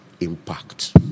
impact